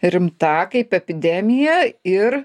rimta kaip epidemija ir